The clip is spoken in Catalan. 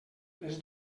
les